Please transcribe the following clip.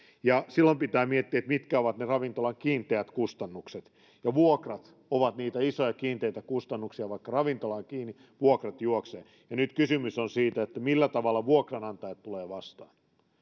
silloin pitää miettiä että mitkä ovat ne ravintolan kiinteät kustannukset ja vuokrat ovat niitä isoja kiinteitä kustannuksia vaikka ravintola on kiinni vuokrat juoksevat ja nyt kysymys on siitä että millä tavalla vuokranantajat tulevat vastaan